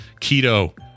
keto